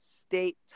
state